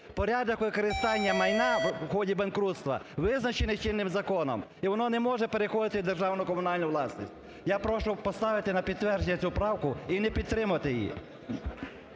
Порядок використання майна в ході банкрутства визначений чинним законом, і воно не може переходити в державну, комунальну власність. Я прошу поставити на підтвердження цю правку і не підтримати її.